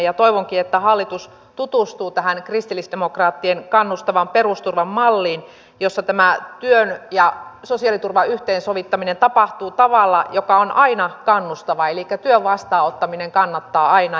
toivonkin että hallitus tutustuu tähän kristillisdemokraattien kannustavan perusturvan malliin jossa tämä työn ja sosiaaliturvan yhteensovittaminen tapahtuu tavalla joka on aina kannustava elikkä työn vastaanottaminen kannattaa aina